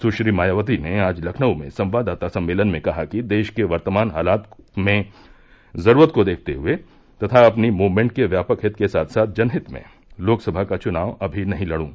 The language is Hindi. सुश्री मायावती ने आज लखनऊमें संवाददाता सम्मेलन में कहा कि देश के वर्तमान हालात में जरूरत को देखते हुए तथा अपनी मूवमेंट के व्यापक हित के साथ साथ जनहित में लोकसभा का चुनाव अभी नहीं लड़ूं